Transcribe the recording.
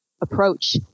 approach